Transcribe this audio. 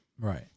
Right